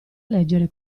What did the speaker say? leggere